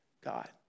God